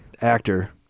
actor